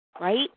right